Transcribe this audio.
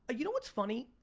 ah you know what's funny,